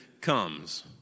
comes